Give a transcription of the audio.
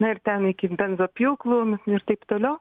na ir ten iki benzopjūklų ir taip toliau